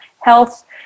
health